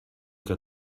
que